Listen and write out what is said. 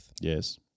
Yes